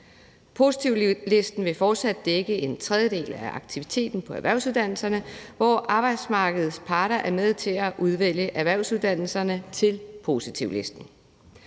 Positivlisten vil fortsat dække en tredjedel af aktiviteten på erhvervsuddannelserne, hvor arbejdsmarkedets parter er med til at udvælge erhvervsuddannelserne til positivlisten.